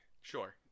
sure